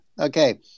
Okay